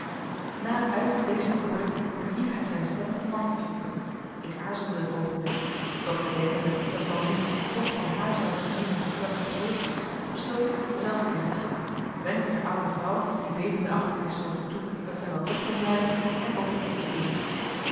na het uiten dezer woorden verhief hij zijne stem om martha te roepen ik aarzelde een oogenblik doch bedenkende dat van lintz toch van haar zoude vernemen dat ik er geweest was besloot ik zelf binnen te gaan wenkte der oude vrouw die bevende achter mij stond toe dat zij wel terug kon blijven en opende de deur